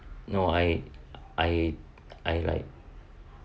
no I I I like